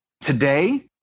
today